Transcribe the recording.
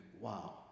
wow